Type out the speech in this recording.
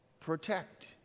protect